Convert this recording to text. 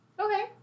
okay